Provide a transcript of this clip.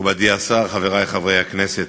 מכובדי השר, חברי חברי הכנסת,